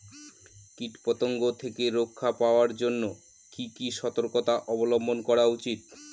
কীটপতঙ্গ থেকে রক্ষা পাওয়ার জন্য কি কি সর্তকতা অবলম্বন করা উচিৎ?